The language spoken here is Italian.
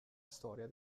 storia